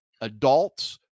adults-